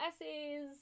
essays